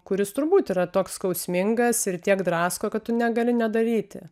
kuris turbūt yra toks skausmingas ir tiek drasko kad tu negali nedaryti